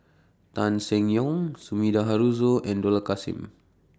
Tan Seng Yong Sumida Haruzo and Dollah Kassim